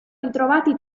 ritrovati